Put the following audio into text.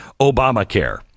Obamacare